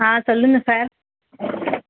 ஆ சொல்லுங்க சார்